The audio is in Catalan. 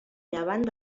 llevant